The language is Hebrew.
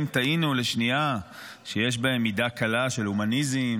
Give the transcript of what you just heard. אם תהינו לשנייה שיש בהם מידה קלה של הומניזם,